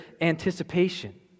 anticipation